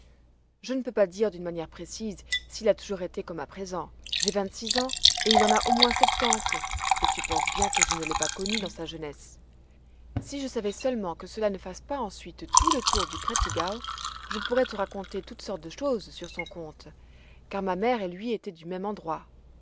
je ne peux pas dire d'une manière précise s'il a toujours été comme à présent j'ai vingt-six ans il en a au moins septante et tu penses bien que je ne l'ai pas connu dans sa jeunesse si je savais seulement que cela ne fasse pas ensuite tout le tour de prttigau je pourrais te raconter toutes sortes de choses sur son compte car ma mère et lui étaient du même endroit